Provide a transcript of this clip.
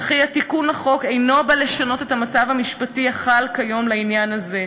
וכי התיקון לחוק אינו בא לשנות את המצב המשפטי החל כיום לעניין הזה.